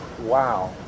Wow